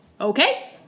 Okay